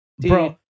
bro